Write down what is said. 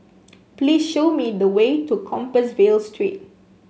please show me the way to Compassvale Street